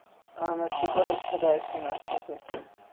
اَہَن حظ شُکُر حظ خدایَس کُن اَصٕل پٲٹھۍ